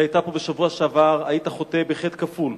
שהיתה פה בשבוע שעבר, היית חוטא בחטא כפול: